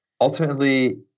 ultimately